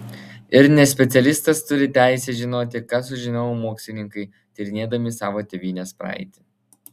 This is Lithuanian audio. ir nespecialistas turi teisę žinoti ką sužinojo mokslininkai tyrinėdami savo tėvynės praeitį